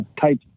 Type